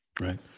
right